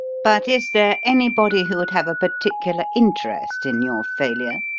but is there anybody who would have a particular interest in your failure?